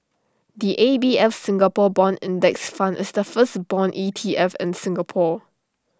the A B F Singapore Bond index fund is the first Bond E T F in Singapore